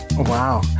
Wow